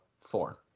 four